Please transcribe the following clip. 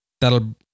that'll